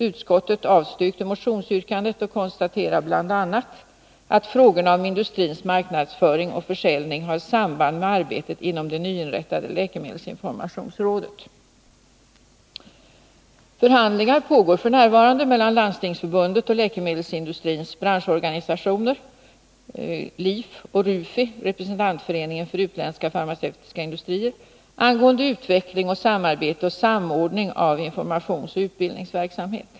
Utskottet avstyrkte motionsyrkandet och konstaterade bl.a. att frågorna om industrins marknadsföring och försäljning har samband med arbetet inom det nyinrättade läkemedelsinformationsrådet. Förhandlingar pågår f. n. mellan Landstingsförbundet och läkemedelsindustrins branschorganisationer LIF och RUFI — representantföreningen för utländska farmaceutiska industrier — angående utveckling, samarbete och samordning av informationsoch utbildningsverksamhet.